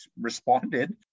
responded